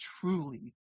truly